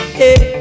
hey